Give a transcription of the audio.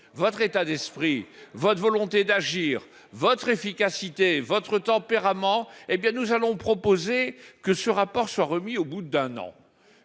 votre état d'esprit, votre volonté d'agir, votre efficacité et votre tempérament, nous proposons que ce rapport soit remis au bout d'un an,